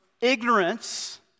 ignorance